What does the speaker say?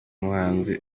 muhanzi